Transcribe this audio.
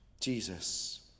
Jesus